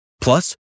Plus